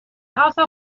also